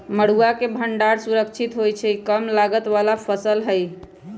मरुआ के भण्डार सुरक्षित होइ छइ इ कम लागत बला फ़सल हइ